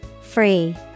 Free